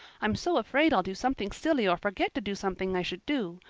i'm so afraid i'll do something silly or forget to do something i should do.